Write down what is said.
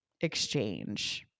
exchange